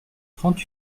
trente